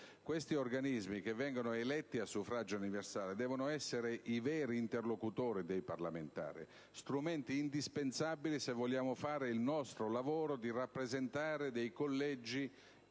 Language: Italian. Questi organismi, eletti a suffragio universale, devono essere i veri interlocutori dei parlamentari, strumenti indispensabili se vogliamo compiere il nostro lavoro di rappresentanza di collegi